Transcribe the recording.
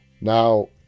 Now